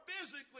physically